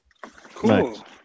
Cool